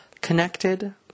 connected